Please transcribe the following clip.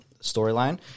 storyline